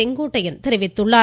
செங்கோட்டையன் தெரிவித்துள்ளார்